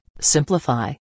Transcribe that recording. simplify